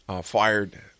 fired